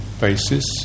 basis